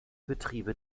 betriebe